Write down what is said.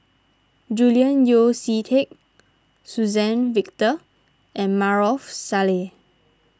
Julian Yeo See Teck Suzann Victor and Maarof Salleh